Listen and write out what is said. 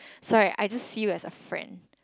sorry I just see you as a friend